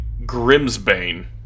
Grimsbane